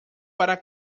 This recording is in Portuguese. para